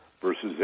versus